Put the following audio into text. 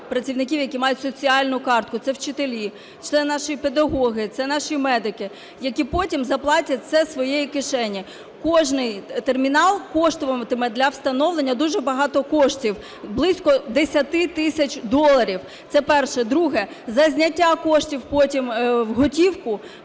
працівників, які мають соціальну картку. Це вчителі, це наші педагоги, це наші медики, які потім заплатять це зі своєї кишені. Кожний термінал коштуватиме для встановлення дуже багато коштів: близько 10 тисяч доларів. Це перше. Друге. За зняття коштів потім у готівку,